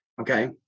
Okay